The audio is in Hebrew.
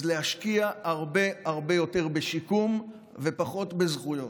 אז להשקיע הרבה הרבה יותר בשיקום ופחות בזכויות.